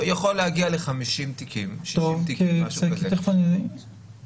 זה יכול להגיע ל-50 60 תיקים מהסוג הזה.